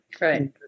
Right